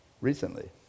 recently